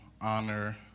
honor